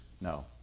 No